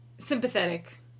...sympathetic